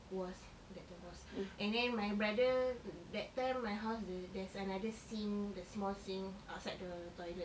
was that time and then my brother that time my house the there's another sink the small sink outside the toilet